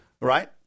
right